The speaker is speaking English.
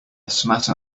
smatter